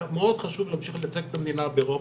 היה מאוד חשוב להמשיך לייצג את המדינה באירופה.